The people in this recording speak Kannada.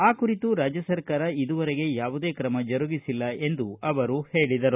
ಆ ಕುರಿತು ರಾಜ್ಯ ಸರ್ಕಾರ ಇದುವರೆಗೆ ಯಾವುದೇ ಕ್ರಮ ಜರುಗಿಸಿಲ್ಲ ಎಂದು ಅವರು ಹೇಳಿದರು